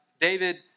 David